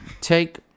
Take